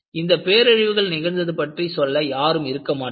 இந்த பேரழிவுகள் நிகழ்ந்தது பற்றி சொல்ல யாரும் இருக்க மாட்டார்கள்